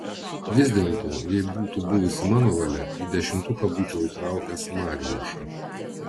vis dėlto jei būtų buvusi mano valia į dešimtuką būčiau įtraukęs mariušą